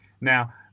Now